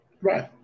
Right